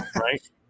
right